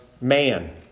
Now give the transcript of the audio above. man